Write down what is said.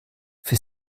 für